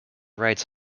writes